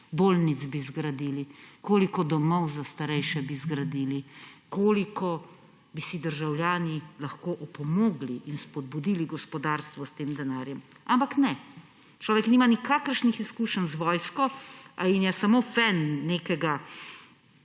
bolnic bi zgradili, koliko domov za starejše bi zgradili, koliko bi si državljani lahko opomogli in spodbudili gospodarstvo s tem denarjem? Ampak ne. Človek nima nikakršnih izkušenj z vojsko ali je samo fan nekega